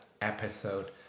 episode